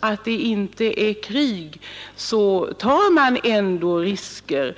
att det inte är krig tar man risker.